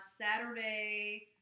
Saturday